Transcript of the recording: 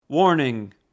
Warning